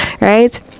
right